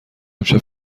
امشب